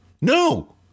No